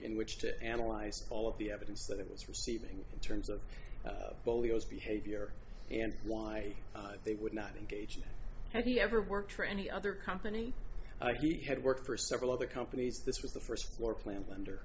in which to analyze all of the evidence that it was receiving in terms of polio his behavior and why they would not engage in it and he never worked for any other company like he had worked for several other companies this was the first floor plan under